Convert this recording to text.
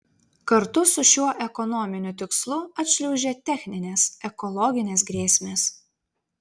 kartu su šiuo ekonominiu tikslu atšliaužia techninės ekologinės grėsmės